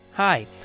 Hi